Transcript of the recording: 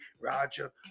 Roger